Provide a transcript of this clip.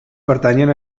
pertanyen